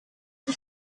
the